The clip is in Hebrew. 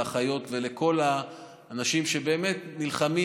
לאחיות ולכל האנשים שנלחמים